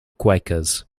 quakers